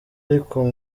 ariko